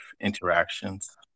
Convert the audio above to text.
interactions